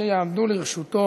שיעמדו לרשותו